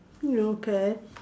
okay